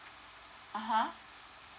(uh huh)